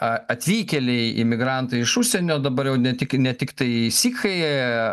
a atvykėliai imigrantai iš užsienio dabar jau ne tik ne tiktai sikhai